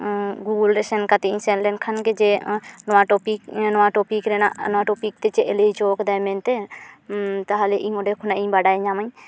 Google ᱨᱮ ᱥᱮᱱ ᱠᱟᱛᱮᱫ ᱤᱧ ᱥᱮᱱᱞᱮᱱ ᱠᱷᱟᱱᱜᱮ ᱡᱮ ᱱᱚᱣᱟ ᱴᱚᱯᱤᱠ ᱱᱚᱣᱟ ᱴᱚᱯᱤᱠ ᱨᱮᱱᱟᱜ ᱱᱚᱣᱟ ᱴᱚᱯᱤᱠ ᱛᱮ ᱪᱮᱫᱼᱮ ᱞᱟᱹᱭ ᱦᱚᱪᱚᱣ ᱠᱟᱫᱟᱭ ᱢᱮᱱᱛᱮ ᱛᱟᱦᱟᱞᱮ ᱤᱧ ᱚᱸᱰᱮ ᱠᱷᱚᱱᱟᱜ ᱵᱟᱰᱟᱭ ᱧᱟᱢᱟᱹᱧ